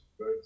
right